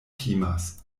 timas